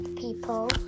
people